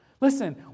Listen